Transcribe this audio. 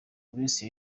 grace